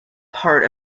part